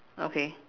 okay